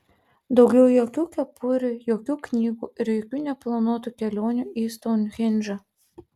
daugiau jokių kepurių jokių knygų ir jokių neplanuotų kelionių į stounhendžą